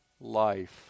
life